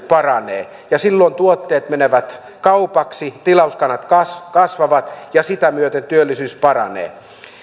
paranee ja silloin tuotteet menevät kaupaksi tilauskannat kasvavat kasvavat ja sitä myöten työllisyys paranee